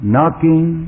Knocking